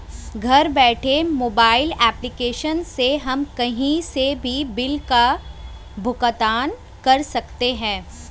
घर बैठे mobile application से हम कही से भी बिल का भुगतान कर सकते है